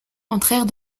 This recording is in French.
entrèrent